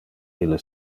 ille